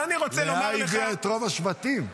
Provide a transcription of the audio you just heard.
לאה הביאה את רוב השבטים.